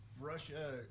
Russia